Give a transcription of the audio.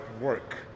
work